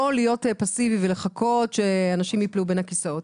להיות פסיבי ולחכות שאנשים ייפלו בין הכיסאות